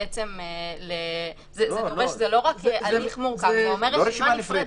לא רשימה נפרדת.